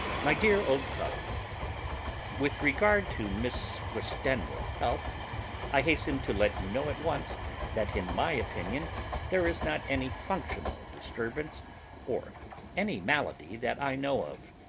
my dear old fellow with regard to miss westenra's health i hasten to let you know at once that in my opinion there is not any functional disturbance or any malady that i know of.